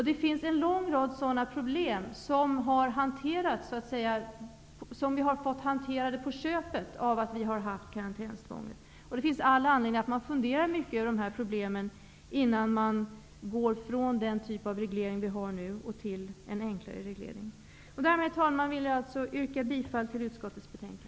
Det finns en lång rad sådana problem som så att säga har hanterats på köpet genom att vi haft karantänstvånget. Det finns all anledning att fundera över dessa problem innan man går från den typ av reglering vi har nu till en enklare reglering. Herr talman! Härmed yrkar jag bifall till utskottets hemställan.